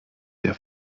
der